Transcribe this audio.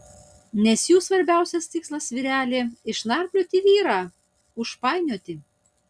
nes jų svarbiausias tikslas vyreli užnarplioti vyrą užpainioti